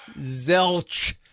Zelch